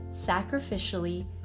sacrificially